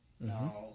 Now